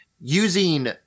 using